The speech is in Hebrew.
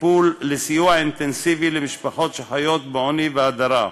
לסיוע אינטנסיבי למשפחות שחיות בעוני והדרה.